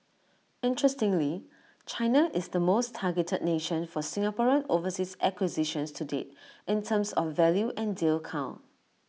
interestingly China is the most targeted nation for Singaporean overseas acquisitions to date in terms of value and deal count